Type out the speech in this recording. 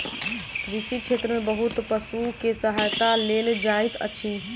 कृषि क्षेत्र में बहुत पशु के सहायता लेल जाइत अछि